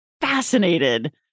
fascinated